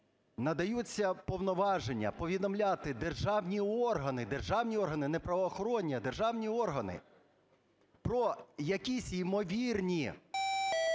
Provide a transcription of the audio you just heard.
надаються повноваження повідомляти державні органи, державні органи, не правоохоронні, а державні органи про якісь ймовірні